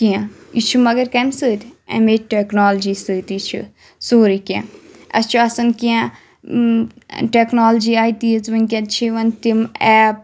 کینٛہہ یہِ چھ مَگر کمہِ سٟتۍ اَمے ٹؠکنالجِی سۭتی چھ سورُے کینٛہہ اسہِ چھ آسان کینٛہہ ٹؠکنالِجی آیہِ تیٖژ وٕنٛکؠن چھ یِوان تِم ایپ